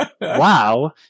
wow